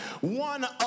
One